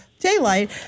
Daylight